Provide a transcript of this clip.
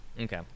Okay